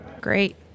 Great